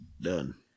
Done